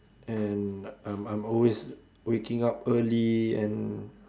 and I'm I'm always waking up early and